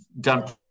done